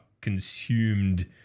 consumed